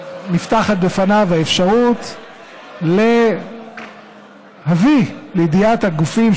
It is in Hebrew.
נפתחת בפניו האפשרות להביא לידיעת הגופים,